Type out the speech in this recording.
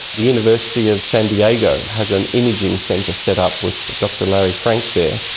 the university of san diego has an imaging centre set up with dr larry frank there,